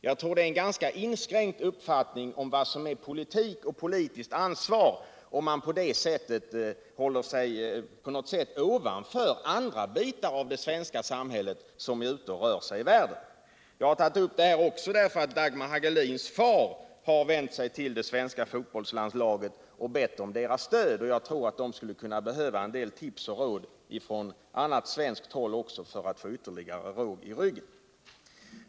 Det tyder på en ganska inskränkt uppfattning om vad som är politik och politiskt ansvar om man på det sättet håller sig ovanför andra bitar av det svenska samhället, vilkas representanter är ute och rör sig i världen. 13 Jag har tagit upp den här frågan också därför att Dagmar Hagelins far har vänt sig till det svenska fotbollslandslaget och bett om dess stöd. Jag tror att man skulle behöva en del tips och råd från annat svenskt håll för att få ytterligare råg i ryggen.